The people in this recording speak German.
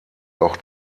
auch